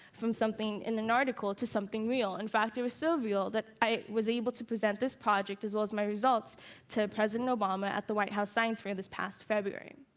from something in an article, to something real. in fact, it was so real that i was able to present this project as well as my results to president obama at the white house science fair this past february.